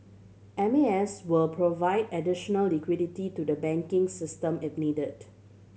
M A S will provide additional liquidity to the banking system if needed